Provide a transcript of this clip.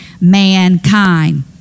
mankind